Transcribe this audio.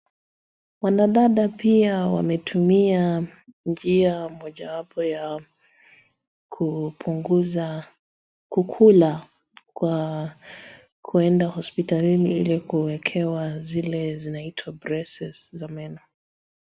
Wanadada pia wametumia njia mojawapo ya kupunguza kukula kwa kuenda hospitalini ili kuekewa zile zinaitwa braces za meno.